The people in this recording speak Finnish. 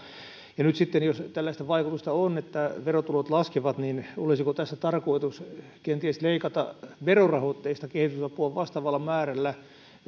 nyt sitten jos tällaista vaikutusta on että verotulot laskevat niin olisiko tässä tarkoitus kenties leikata verorahoitteista kehitysapua vastaavalla määrällä